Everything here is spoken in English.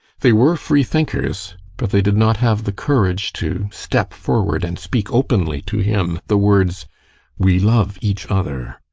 they were free-thinkers, but they did not have the courage to step forward and speak openly to him the words we love each other!